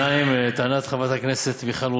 2. לטענת חברת הכנסת מיכל רוזין,